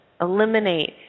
Eliminate